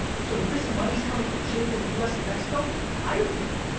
so if this money's coming from chile and u s. and mexico, hire people.